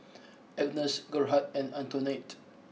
Agnes Gerhardt and Antoinette